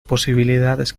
posibilidades